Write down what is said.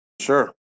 Sure